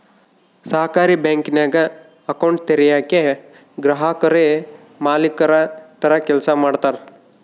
ಸಹಕಾರಿ ಬ್ಯಾಂಕಿಂಗ್ನಾಗ ಅಕೌಂಟ್ ತೆರಯೇಕ ಗ್ರಾಹಕುರೇ ಮಾಲೀಕುರ ತರ ಕೆಲ್ಸ ಮಾಡ್ತಾರ